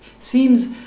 seems